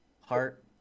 heart